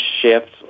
shifts